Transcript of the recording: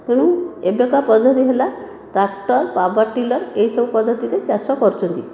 ତେଣୁ ଏବେକା ପଦ୍ଧତି ହେଲା ଟ୍ରାକ୍ଟର ପାୱାର ଟିଲର ଏହି ସବୁ ପଦ୍ଧତିରେ ଚାଷ କରୁଛନ୍ତି